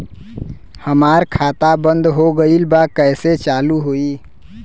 हमार खाता बंद हो गईल बा कैसे चालू होई?